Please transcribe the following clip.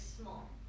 small